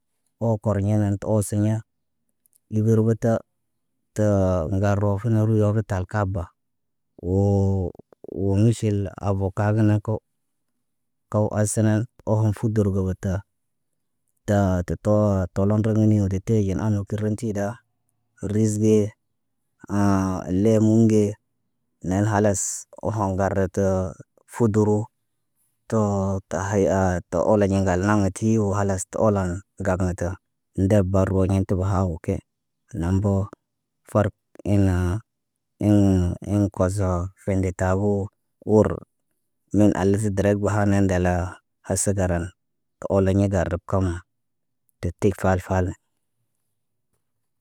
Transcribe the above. Oo korɲenan tə oseɲa. Yubərbəta təə ŋgar rofuno ruyo kə tal kaaba. Woo, woo miʃil avoka gə naŋg ko. Kaw hasanən, ohom fudur gə wota. Taa tə təə təloŋg rəŋgəniŋg re teyi amər kə rəŋg ni da. Ris ge, lemun ge, nel khalas ohoŋg ŋgar rətə fuduru. Too, ti haya aa tə oloɲi ŋgal naŋgati woo khalas tə olaŋg ŋgarna ta. Ndek bar roɲiti təbə hawo ke. Naŋg mboo farək in- naa. Inn, inn kozo fende taboo, wur. Min alzi direk ba hanin dallaa asgaran. Oleɲe gar rəb kam, de tib fal fale.